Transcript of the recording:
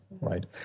right